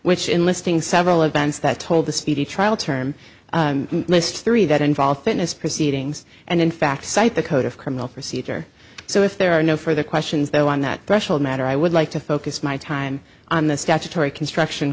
which in listing several events that told the speedy trial term missed three that involved fitness proceedings and in fact cite the code of criminal procedure so if there are no further questions though on that threshold matter i would like to focus my time on the statutory construction